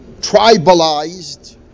tribalized